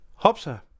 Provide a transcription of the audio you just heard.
Hopsa